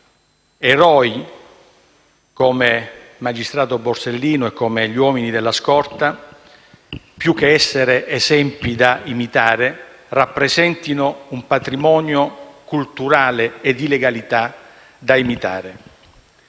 eroi come il magistrato Borsellino e gli uomini della sua scorta, più che essere esempi da imitare, rappresentino un patrimonio culturale e di legalità da emulare.